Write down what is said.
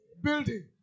Building